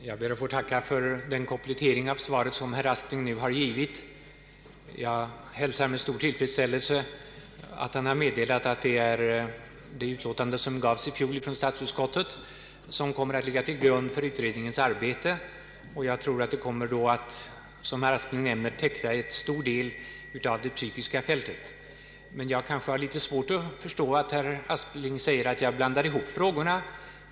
Herr talman! Jag ber att få tacka för den komplettering av svaret som herr Aspling nu har givit. Jag hälsar med stor tillfredsställelse hans meddelande om att det är statsutskottets utlåtande från i fjol som kommer att ligga till grund för utredningens arbete. Jag tror att utredningen då, som herr Aspling nämnde, kommer att täcka en stor del av det psykiska fältet. Jag har litet svårt att förstå herr Aspling, när han säger att jag blandar ihop frågorna.